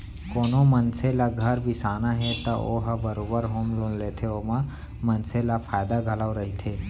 कोनो मनसे ल घर बिसाना हे त ओ ह बरोबर होम लोन लेथे ओमा मनसे ल फायदा घलौ रहिथे